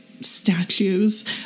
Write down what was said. statues